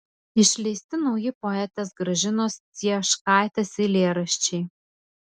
išleisti nauji poetės gražinos cieškaitės eilėraščiai